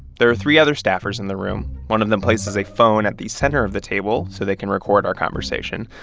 there are three other staffers in the room. one of them places a phone at the center of the table so they can record our conversation.